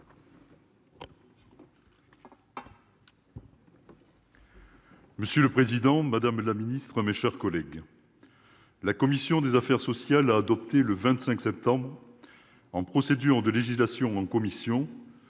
Monsieur le président, madame la secrétaire d'État, mes chers collègues, la commission des affaires sociales a adopté le 25 septembre, en procédure de législation en commission,